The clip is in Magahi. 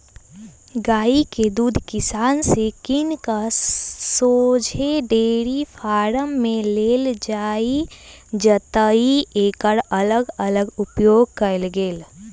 गाइ के दूध किसान से किन कऽ शोझे डेयरी फारम में देल जाइ जतए एकर अलग अलग उपयोग कएल गेल